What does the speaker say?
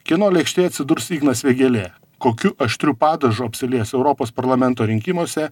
kieno lėkštėje atsidurs ignas vėgėlė kokiu aštriu padažu apsilies europos parlamento rinkimuose